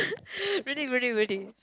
really really really